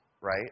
right